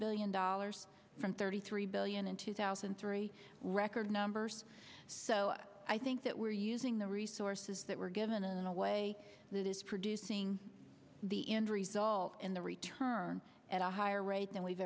billion dollars from thirty three billion in two thousand and three record numbers so i think that we're using the resources that were given in a way that is producing the end result in the return at a higher rate than we've